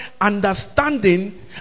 understanding